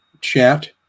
chat